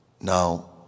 Now